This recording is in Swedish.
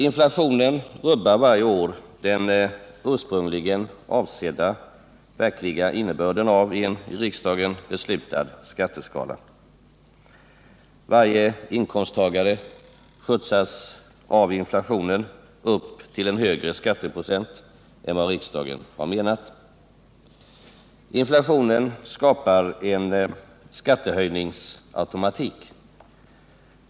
Inflationen rubbar varje år den ursprungligen avsedda verkliga innebörden av en i riksdagen beslutad skatteskala. Varje inkomsttagare skjutsas av inflationen upp till en högre skatteprocent än vad riksdagen har menat. Inflationen skapar en skattehöjningsautomatik.